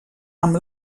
amb